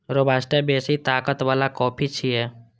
robusta बेसी ताकत बला कॉफी छियै